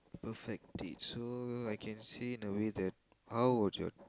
perfect date so I can say in the way that how would your